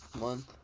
month